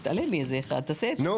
הצבעה